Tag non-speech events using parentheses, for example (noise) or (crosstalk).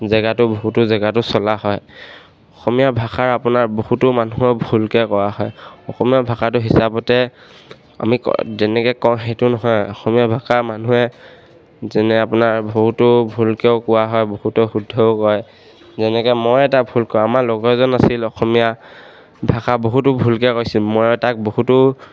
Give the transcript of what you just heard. জেগাতো বহুতো জেগাতো চলা হয় অসমীয়া ভাষাৰ আপোনাৰ বহুতো মানুহৰ ভুলকৈ কৰা হয় অসমীয়া ভাষাটো হিচাপতে আমি (unintelligible) যেনেকৈ কওঁ সেইটো নহয় অসমীয়া ভাষা মানুহে যেনে আপোনাৰ বহুতো ভুলকৈও কোৱা হয় বহুতো শুদ্ধও কয় যেনেকৈ মই এটা ভুল কৰোঁ আমাৰ লগৰজন আছিল অসমীয়া ভাষা বহুতো ভুলকৈ কৈছিল মই তাক বহুতো